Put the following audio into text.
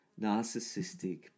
narcissistic